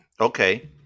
Okay